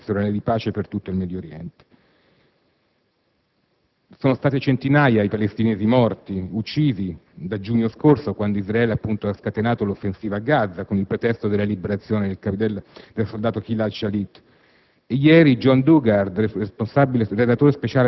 e possa certamente costruire le premesse per una Conferenza internazionale di pace per tutto il Medio Oriente. Sono stati centinaia i Palestinesi morti o uccisi dal giugno scorso, quando Israele, appunto, ha scatenato l'offensiva a Gaza, con il pretesto della liberazione del soldato Gilad Shalit.